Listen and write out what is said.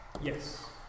Yes